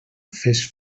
fes